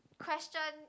question